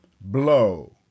blow